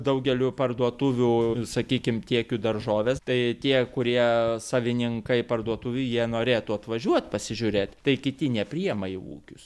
daugeliui parduotuvių sakykim tiekiu daržoves tai tie kurie savininkai parduotuvių jie norėtų atvažiuot pasižiūrėt tai kiti nepriima į ūkius